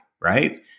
Right